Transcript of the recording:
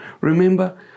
Remember